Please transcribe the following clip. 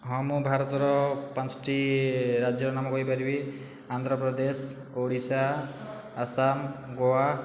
ହଁ ମୁଁ ଭାରତର ପାଞ୍ଚଟି ରାଜ୍ୟର ନାମ କହିପାରିବି ଆନ୍ଧ୍ରପ୍ରଦେଶ ଓଡ଼ିଶା ଆସାମ ଗୋଆ